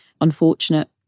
unfortunate